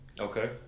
Okay